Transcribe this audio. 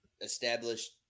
established